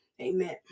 amen